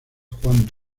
juan